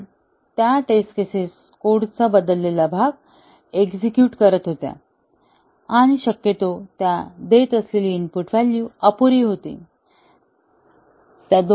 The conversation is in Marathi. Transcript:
कारण त्या टेस्ट केसेस कोडचा बदललेला भाग एक्झेक्युट करत होत्या आणि शक्यतो त्या देत असलेली इनपुट व्हॅलू अपुरी होती